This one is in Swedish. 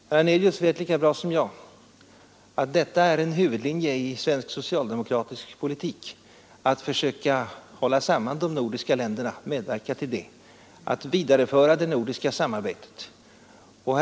Herr Hernelius vet lika bra som jag att det är en huvudlinje i svensk socialdemokratisk politik att försöka medverka till att hålla samman de nordiska länderna och att föra det nordiska samarbetet vidare.